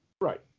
Right